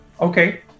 Okay